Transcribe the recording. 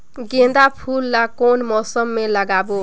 गेंदा फूल ल कौन मौसम मे लगाबो?